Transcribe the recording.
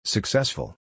Successful